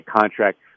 contract